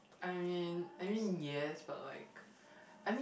I mean I mean yes but like